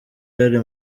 yari